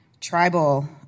tribal